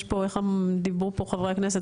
איך דיברו פה חברי הכנסת?